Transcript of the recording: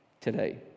today